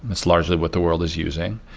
it's largely what the world is using.